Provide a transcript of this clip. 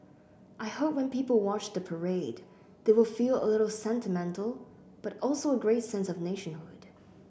I hope when people watch the parade they will feel a little sentimental but also a great sense of nationhood